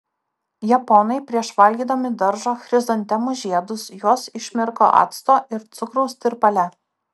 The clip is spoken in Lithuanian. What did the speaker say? japonai prieš valgydami daržo chrizantemų žiedus juos išmirko acto ir cukraus tirpale